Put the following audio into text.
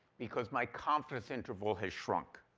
because my confidence interval has shrunk.